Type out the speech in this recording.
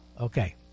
Okay